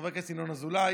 חבר הכנסת ינון אזולאי,